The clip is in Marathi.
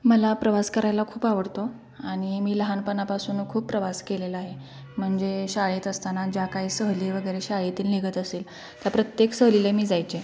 मला प्रवास करायला खूप आवडतो आणि मी लहानपणापासून खूप प्रवास केलेला आहे म्हणजे शाळेत असताना ज्या काही सहली वगैरे शाळेतील निघत असेल त्या प्रत्येक सहलीला मी जायचे